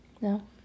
No